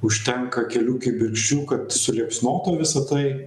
užtenka kelių kibirkščių kad suliepsnotų visa tai